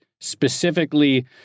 specifically